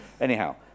Anyhow